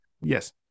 Yes